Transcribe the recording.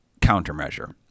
countermeasure